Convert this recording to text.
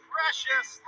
Precious